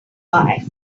life